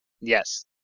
Yes